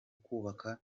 kubaka